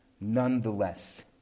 Nonetheless